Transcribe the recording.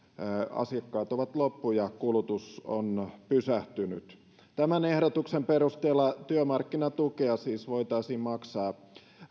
asiakkaat ovat loppuneet ja kulutus on pysähtynyt tämän ehdotuksen perusteella työmarkkinatukea siis voitaisiin maksaa